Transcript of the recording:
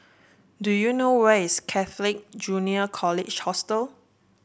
do you know where is Catholic Junior College Hostel